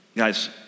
Guys